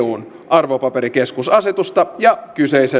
arvopaperikeskusasetusta ja kyseisen maan lainsäädäntöä